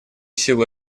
силу